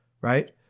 right